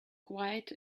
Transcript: quiet